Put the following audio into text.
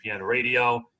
Radio